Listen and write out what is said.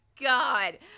god